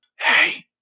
Hey